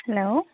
hello